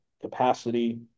capacity